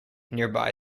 nearby